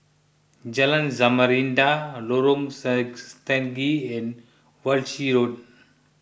Jalan Samarinda Lorong Stangee and Walshe Road